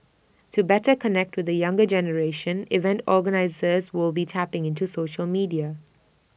to better connect with the younger generation event organisers will be tapping into social media